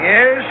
Yes